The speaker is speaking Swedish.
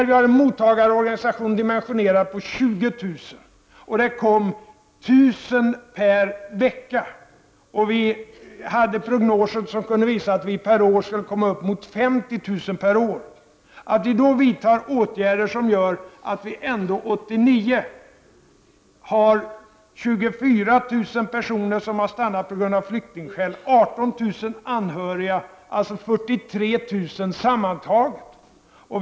Vi har en mottagningsorganisation dimensio 7 mars 1990 nerad för 20 000, det kom 1 000 per vecka och vi hade prognoser som visade att antalet skulle komma att uppgå till 50 000 per år. I det läget vidtog vi åtgärder som gjorde att vi ändå 1989 hade 24 000 personer som stannade på grund av flyktingskäl plus 18 000 anhöriga, alltså tillsammans 43 000.